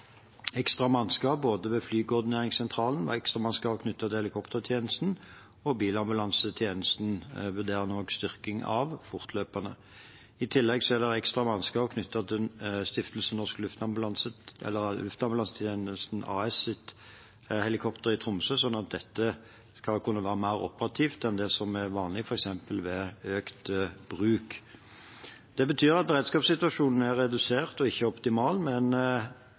ekstra mannskap ved Flykoordineringssentralen og ekstra mannskap knyttet til helikoptertjenesten, og bilambulansetjenesten vurderer en også styrking av fortløpende. I tillegg er det ekstra mannskap knyttet til luftambulansetjenestens helikopter i Tromsø, sånn at dette skal kunne være mer operativt enn det som er vanlig, f.eks. ved økt bruk. Det betyr at beredskapssituasjonen er redusert og ikke optimal,